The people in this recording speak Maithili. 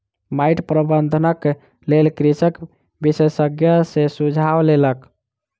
माइट प्रबंधनक लेल कृषक विशेषज्ञ सॅ सुझाव लेलक